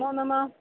नमोनमः